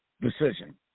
decision